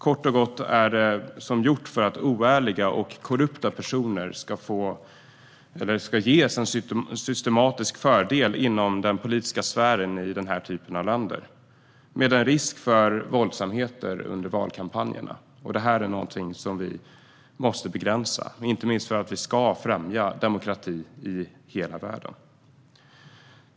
Det är kort och gott som gjort för att oärliga och korrupta personer ska ges en systematisk fördel inom den politiska sfären i den här typen av länder, med en risk för våldsamheter under valkampanjerna. Detta är någonting som vi måste begränsa, inte minst för att främja demokratin i hela världen.